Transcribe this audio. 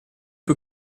più